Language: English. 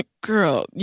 Girl